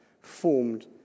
formed